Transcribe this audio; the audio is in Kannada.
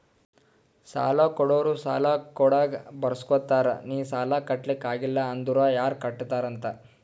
ಸಾಲಾ ಕೊಡೋರು ಸಾಲಾ ಕೊಡಾಗ್ ಬರ್ಸ್ಗೊತ್ತಾರ್ ನಿ ಸಾಲಾ ಕಟ್ಲಾಕ್ ಆಗಿಲ್ಲ ಅಂದುರ್ ಯಾರ್ ಕಟ್ಟತ್ತಾರ್ ಅಂತ್